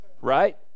right